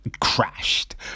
crashed